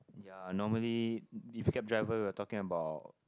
ya normally if cab driver we are talking about